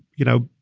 you know,